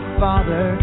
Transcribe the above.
father